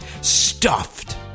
stuffed